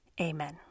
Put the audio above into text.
Amen